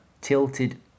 tilted